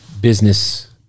business